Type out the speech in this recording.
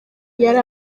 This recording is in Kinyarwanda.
yari